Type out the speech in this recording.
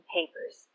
Papers